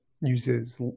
uses